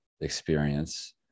experience